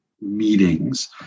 meetings